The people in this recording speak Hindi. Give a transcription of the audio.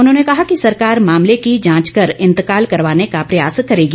उन्होंने कहा कि सरकार मामले की जांच कर इंतकाल करवाने का प्रयास करेगी